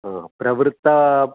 हा प्रवृत्त